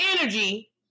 energy